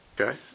Okay